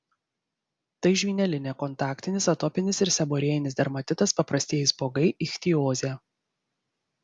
tai žvynelinė kontaktinis atopinis ir seborėjinis dermatitas paprastieji spuogai ichtiozė